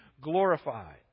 glorified